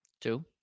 Two